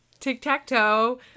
Tic-tac-toe